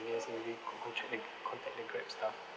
and he was saying to me con~ contract the contact the Grab staff